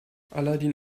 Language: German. aladin